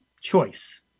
choice